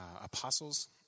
apostles